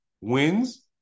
wins